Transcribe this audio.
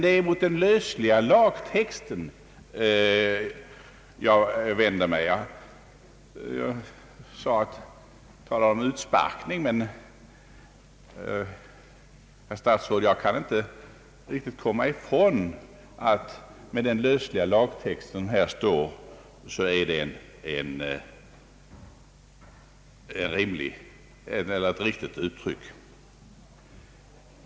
Det är mot den lösliga lagtexten jag vänder mig. Jag talade om utsparkning, och jag kan, herr statsråd, inte anse annat än att det är ett riktigt uttryck med hänsyn till den lösliga lagtext som här förefinnes.